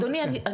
אדוני,